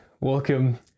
welcome